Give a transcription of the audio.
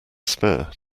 spare